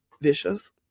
vicious